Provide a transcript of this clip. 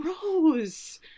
Gross